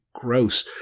Gross